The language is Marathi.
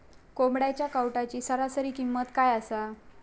कोंबड्यांच्या कावटाची सरासरी किंमत काय असा?